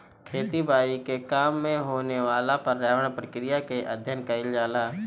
खेती बारी के काम में होखेवाला पर्यावरण प्रक्रिया के अध्ययन कईल जाला